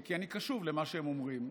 כי אני קשוב למה שהם אומרים.